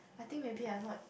I think maybe I'm not